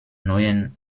neuen